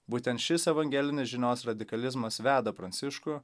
būtent šis evangelinės žinios radikalizmas veda pranciškų